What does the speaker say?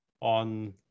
on